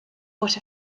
what